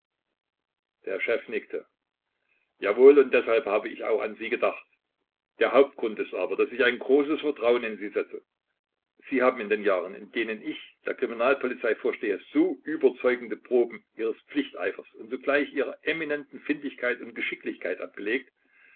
der chef nickte jawohl und deshalb habe ich auch an sie gedacht der hauptgrund ist aber daß ich ein großes vertrauen in sie setze sie haben in den jahren in denen ich der kriminalpolizei vorstehe so überzeugende proben ihres pflichteifers und zugleich ihrer eminenten findigkeit und geschicklichkeit abgelegt